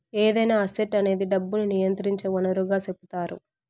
ఏదైనా అసెట్ అనేది డబ్బును నియంత్రించే వనరుగా సెపుతారు